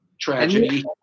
tragedy